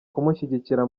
kumushyigikira